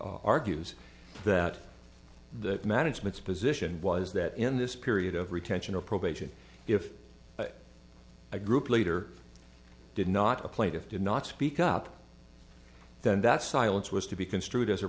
argues that the management's position was that in this period of retention of probation if a group later did not a plaintiff did not speak up then that silence was to be construed as a